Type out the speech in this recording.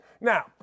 Now